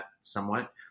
somewhat